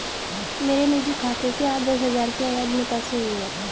मेरे निजी खाते से आज दस हजार की अवैध निकासी हुई है